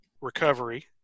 recovery